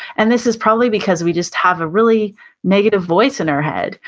and this is probably because we just have a really negative voice in our head.